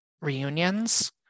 reunions